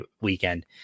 weekend